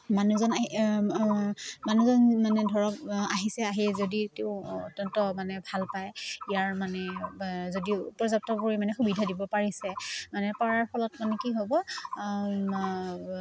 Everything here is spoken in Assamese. মানুহজন আহি মানুহজন মানে ধৰক আহিছে আহি যদি তেওঁ অত্যন্ত মানে ভাল পায় ইয়াৰ মানে যদি পৰ্যাপ্ত পৰিমানে সুবিধা দিব পাৰিছে মানে তাৰ ফলত মানে কি হ'ব